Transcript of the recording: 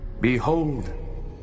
Behold